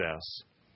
success